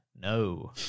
No